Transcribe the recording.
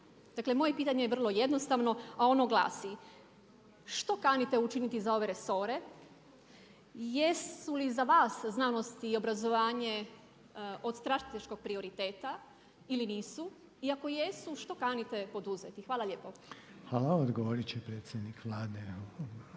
Dakle moje pitanje je vrlo jednostavno a ono glasi, što kanite učiniti za ove resore? Jesu li za vas znanost i obrazovanje od strateškog prioriteta ili nisu? I ako jesu što kanite poduzeti? Hvala lijepo. **Reiner, Željko